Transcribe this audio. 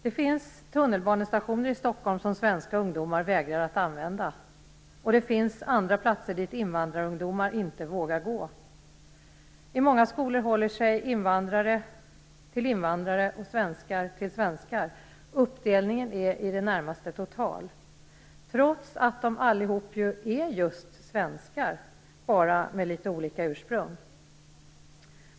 Det finns tunnelbanestationer som svenska ungdomar vägrar att använda, och det finns andra platser dit invandrarungdomar inte vågar gå. I många skolor håller sig invandrare till invandrare och svenskar till svenskar. Uppdelningen är i det närmaste total, trots att de allihop är just svenskar - bara med litet olika ursprung.